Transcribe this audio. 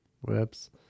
Whoops